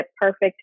perfect